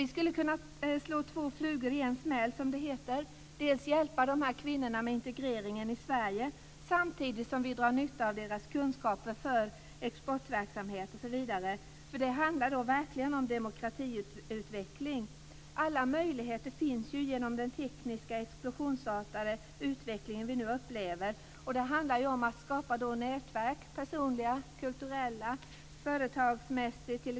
Vi skulle kunna slå två flugor i en smäll, dels genom att hjälpa kvinnorna med integreringen i Sverige, dels genom att dra nytta av deras kunskaper för exportverksamhet osv. Det handlar verkligen om demokratiutveckling. Alla möjligheter finns ju genom den explosionsartade tekniska utveckling vi upplever. Det handlar om att skapa personliga, kulturella och företagsmässiga nätverk.